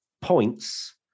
points